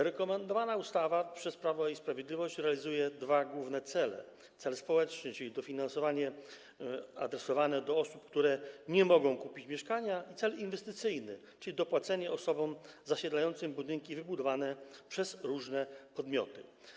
Rekomendowana przez Prawo i Sprawiedliwość ustawa realizuje dwa główne cele: cel społeczny, czyli dofinansowanie adresowane do osób, które nie mogą kupić mieszkania, i cel inwestycyjny, czyli dopłacenie osobom zasiedlającym budynki wybudowane przez różne podmioty.